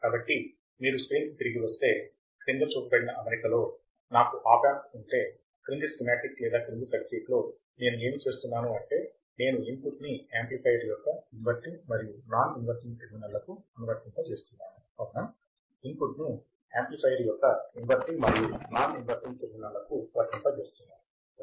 కాబట్టి మీరు స్క్రీన్కు తిరిగి వస్తే కింద చూపబడిన అమరిక లోనాకు ఆప్ యాంప్ ఉంటే కింది స్కిమాటిక్ లేదా కింది సర్క్యూట్లో నేను ఏమి చూస్తున్నాను అంటే నేను ఇన్పుట్ ని యాంప్లిఫైయర్ యొక్క ఇన్వర్టింగ్ మరియు నాన్ ఇన్వర్టింగ్ టెర్మినళ్ళకు అనువర్తింపజేస్తున్నాను అవునా ఇన్పుట్ ను యాంప్లిఫైయర్ యొక్క ఇన్వర్టింగ్ మరియు నాన్ ఇన్వర్టింగ్ టెర్మినళ్ళకు వర్తింపచేస్తున్నాను సరేనా